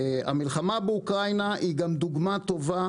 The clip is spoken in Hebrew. המלחמה באוקראינה היא גם דוגמא טובה